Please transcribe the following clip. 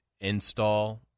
install